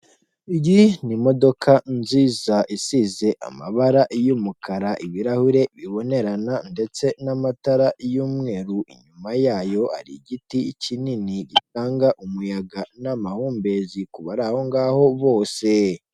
Iyi ni imodoka nziza isize amabara y'umukara ibirahure bibonerana ndetse n'amatara y'umweru, inyuma yayo hari igiti kinini gitanga umuyaga n'amahumbezi ku bari aho ngaho bose.